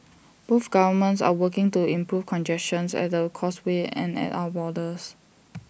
both governments are working to improve congestions at the causeway and at our borders